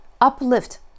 Uplift